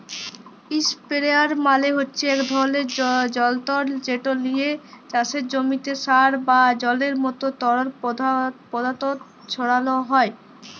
ইসপেরেয়ার মালে হছে ইক ধরলের জলতর্ যেট লিয়ে চাষের জমিতে সার বা জলের মতো তরল পদাথথ ছড়ালো হয়